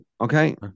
Okay